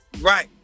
Right